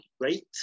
great